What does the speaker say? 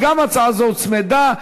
גם הצעה זו הוצמדה.